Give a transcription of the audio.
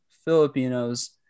filipinos